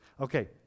Okay